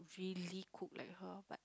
really cook like her but